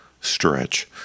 stretch